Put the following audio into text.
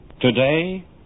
Today